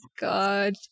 God